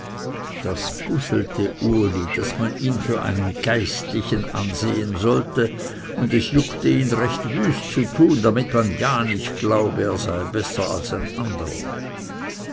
das guselte uli daß man ihn für einen geistlichen ansehen wollte und es juckte ihn recht wüst zu tun damit man ja nicht glaube er sei besser als ein anderer